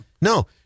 No